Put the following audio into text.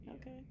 okay